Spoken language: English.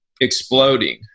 exploding